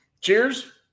cheers